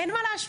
אין מה להשוות,